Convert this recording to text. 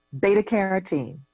Beta-carotene